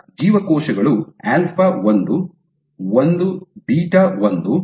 ಇದರರ್ಥ ಜೀವಕೋಶಗಳು ಆಲ್ಫಾ ಒಂದು ಒಂದು ಬೀಟಾ ಒಂದು α1